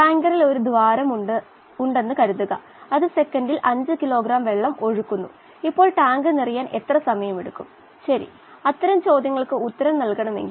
തീർച്ചയായും ഇൻപുട്ട് റേറ്റിൽ വാതക കുമിളകൾ മുതൽ നമ്മുടെ സിസ്റ്റം വരെ ദ്രാവക ബ്രോത്ത് ആണ്